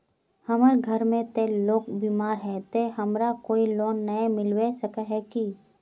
हमर घर में ते लोग बीमार है ते हमरा कोई लोन नय मिलबे सके है की?